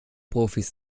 profis